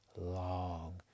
long